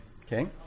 Okay